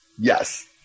Yes